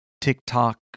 TikTok